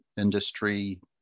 industry